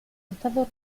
estado